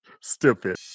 Stupid